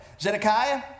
Zedekiah